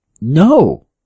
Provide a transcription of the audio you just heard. No